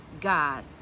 God